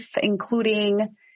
including